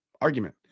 argument